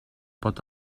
pot